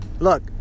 Look